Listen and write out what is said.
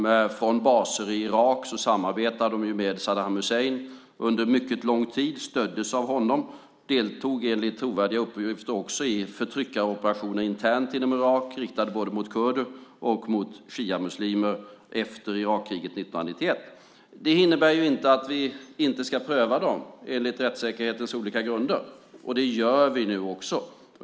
Från baser i Irak samarbetade de med Saddam Hussein under mycket lång tid. De stöddes av honom och deltog enligt trovärdiga uppgifter också i förtryckaroperationer internt inom Irak riktade både mot kurder och mot shiamuslimer efter Irakkriget 1991. Det innebär inte att vi inte ska pröva dem enligt rättssäkerhetens olika grunder, och det gör vi nu också.